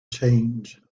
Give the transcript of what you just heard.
change